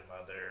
mother